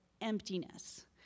emptiness